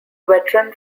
veteran